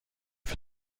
für